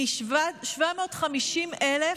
מ-750,000